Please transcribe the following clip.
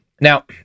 Now